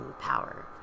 power